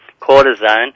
cortisone